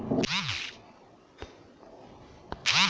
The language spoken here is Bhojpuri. रमजान के महिना में खजूर के खाके रोज़ा खोले के चाही